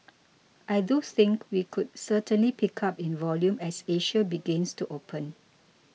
I do think we could certainly pick up in volume as Asia begins to open